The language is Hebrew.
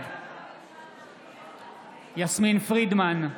בעד יסמין פרידמן,